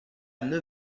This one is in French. neuf